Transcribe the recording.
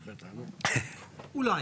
אולי.